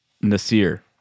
Nasir